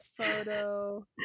photo